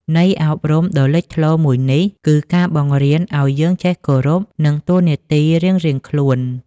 ន័យអប់រំដ៏លេចធ្លោមួយនេះ គឺការបង្រៀនឱ្យយើងចេះគោរព និងតួនាទីរៀងៗខ្លួន។